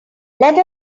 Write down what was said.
let